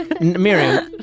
Miriam